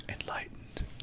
enlightened